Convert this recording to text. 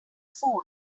phone